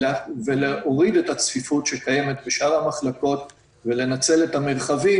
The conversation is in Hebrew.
ולהוריד את הצפיפות שקיימת בשאר המחלקות ולנצל את המרחבים.